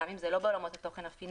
גם אם זה לא בעולמות התוכן הפיננסיים,